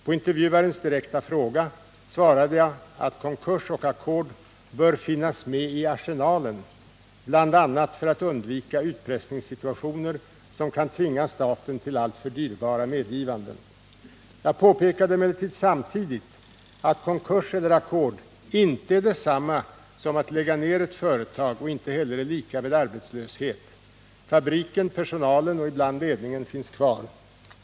På intervjuarens direkta fråga svarade jag att konkurs och ackord bör finnas med i arsenalen bl.a. för att undvika utpressningssituationer som kan tvinga staten till alltför dyrbara medgivanden. Jag påpekade emellertid samtidigt att konkurs eller ackord inte är detsamma som att lägga ner ett företag och inte heller är lika med arbetslöshet. Fabriken, personalen och ibland ledningen finns kvar.